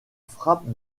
frappe